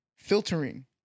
Filtering